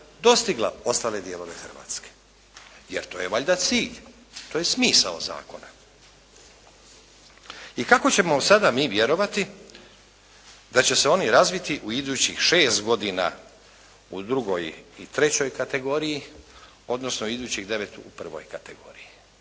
dostigla ostale dijelove Hrvatske, jer to je valjda cilj, to je smisao zakona. I kako ćemo sada mi vjerovati da će se oni razviti u idućih 6 godina u drugoj i trećoj kategoriji, odnosno idućoj 9 u prvoj kategoriji.